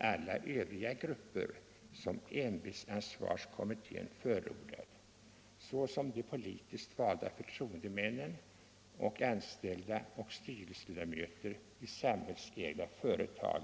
samtliga grupper som ämbetsansvarskommittéen åsyftat, såsom de = Ansvar för funktiopolitiskt valda förtroendemännen samt anställda och styrelseledamöter = närer i offentlig i samhällsägda företag.